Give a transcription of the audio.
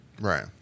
Right